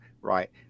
right